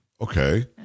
Okay